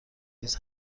ریز